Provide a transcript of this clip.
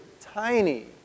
tiny